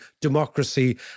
democracy